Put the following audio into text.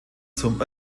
zum